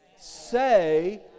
say